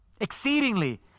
exceedingly